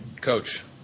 Coach